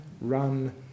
run